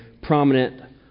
prominent